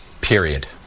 period